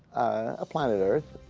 a planet earth.